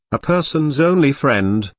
a person's only friend,